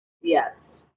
Yes